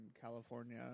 California